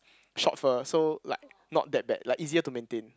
short fur so like not that bad like easier to maintain